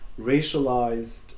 racialized